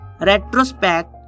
retrospect